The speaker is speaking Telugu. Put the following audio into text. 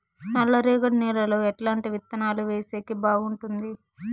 నల్లరేగడి నేలలో ఎట్లాంటి విత్తనాలు వేసేకి బాగుంటుంది?